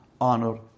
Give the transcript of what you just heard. honor